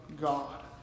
God